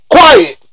Quiet